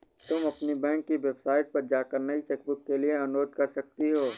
तुम अपनी बैंक की वेबसाइट पर जाकर नई चेकबुक के लिए अनुरोध कर सकती हो